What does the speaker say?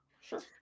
Sure